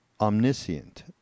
omniscient